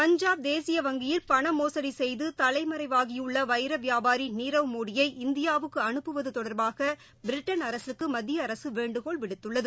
பஞ்சாப் தேசிய வங்கியில் பணமோசடிசெய்துதலைமறைவாகியுள்ளவைரவியாபாரிநீரவ் மோடியை இந்தியாவுக்குஅனுப்புவதுதொடர்பாகபிரிட்டன் அரசுக்குமத்தியஅரசுவேண்டுகோள் விடுத்துள்ளது